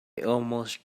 almost